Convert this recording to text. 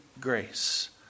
grace